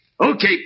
Okay